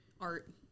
Art